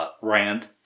rand